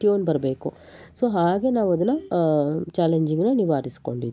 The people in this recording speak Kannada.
ಟ್ಯೂನ್ ಬರಬೇಕು ಸೊ ಹಾಗೆ ನಾವದನ್ನು ಚಾಲೆಂಜಿಂಗನ್ನ ನಿವಾರಿಸಿಕೊಂಡಿದ್ವಿ